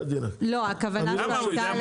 למה?